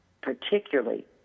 particularly